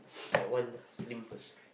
that one slim first